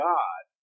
God